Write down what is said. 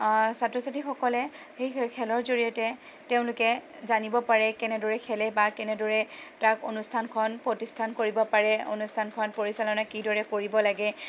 ছাত্ৰ ছাত্ৰীসকলে সেই খেলৰ জড়িয়তে তেওঁলোকে জানিব পাৰে কেনেদৰে খেলে বা কেনেদৰে তাক অনুষ্ঠানখন প্ৰতিষ্ঠান কৰিব পাৰে অনুষ্ঠানখন পৰিচালনা কিদৰে কৰিব লাগে